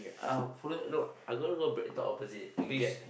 um follow you no I'm going to BreadTalk opposite and get